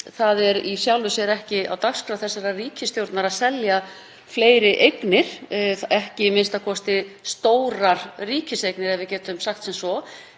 Það er í sjálfu sér ekki á dagskrá þessarar ríkisstjórnar að selja fleiri eignir, a.m.k. ekki stórar ríkiseignir ef við getum sagt sem svo.